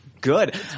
Good